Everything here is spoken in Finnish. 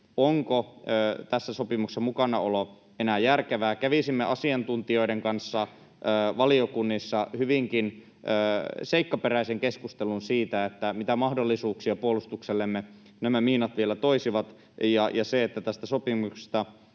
onko tässä sopimuksessa mukanaolo enää järkevää, kävisimme asiantuntijoiden kanssa valiokunnissa hyvinkin seikkaperäisen keskustelun siitä, mitä mahdollisuuksia puolustuksellemme nämä miinat vielä toisivat, ja että tästä sopimuksesta